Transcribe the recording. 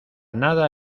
nada